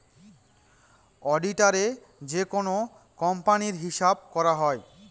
অডিটারে যেকোনো কোম্পানির হিসাব করা হয়